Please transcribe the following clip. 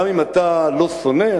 גם אם אתה לא שונא,